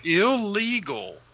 illegal